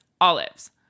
olives